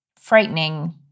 frightening